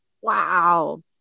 Wow